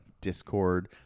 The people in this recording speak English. discord